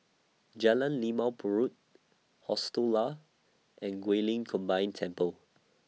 Jalan Limau Purut Hostel Lah and Guilin Combined Temple